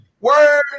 Word